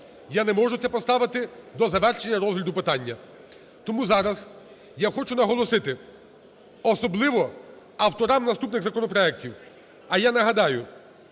я не можу це поставити до завершення розгляду питання. Тому зараз я хочу наголосити, особливо авторам наступних законопроектів, а я нагадаю,